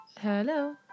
hello